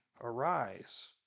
Arise